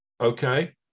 Okay